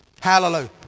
Hallelujah